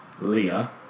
Leah